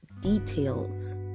details